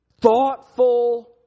thoughtful